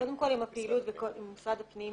קודם כול, עם הפעילות עם משרד הפנים.